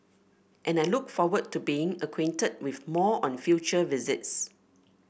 and I look forward to being acquainted with more on future visits